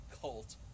cult